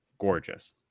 gorgeous